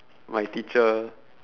my teacher